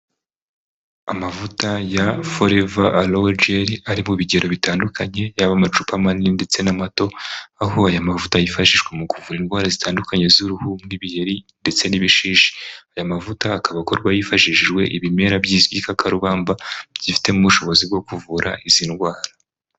Amavuta ya Forever Aloe Gel ari mu bigero bitandukanye yaba amacupa manini ndetse n'amato, aho aya mavuta yifashishwa mu kuvura indwara zitandukanye z'uruhu nk'ibiheri ndetse n'ibishishi. Aya mavuta akaba akorwa hifashishijwe ibimera by'igikakarubamba byifitemo ubushobozi bwo kuvura izi ndwara.